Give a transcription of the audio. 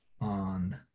on